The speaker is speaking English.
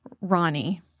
Ronnie